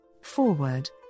Forward